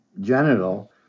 genital